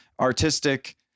artistic